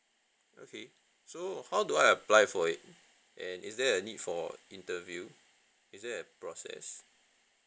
okay so how do I apply for it and is there a need for interview is there a process